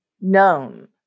known